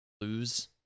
lose